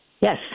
Yes